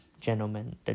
gentleman